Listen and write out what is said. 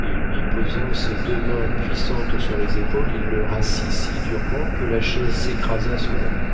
et lui posant ses deux mains puissantes sur les épaules il le rassit si durement que la chaise s'écrasa sous l'homme